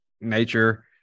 nature